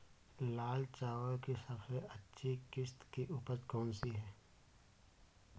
लाल चावल की सबसे अच्छी किश्त की उपज कौन सी है?